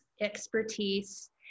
expertise